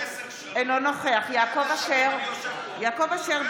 אינו נוכח יעקב אשר,